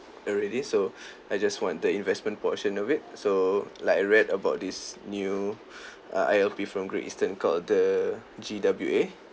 already so I just want the investment portion of it so like I read about this new uh I_L_P from Great Eastern called the G_W_A